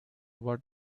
worth